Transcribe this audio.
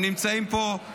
הם נמצאים פה.